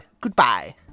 Goodbye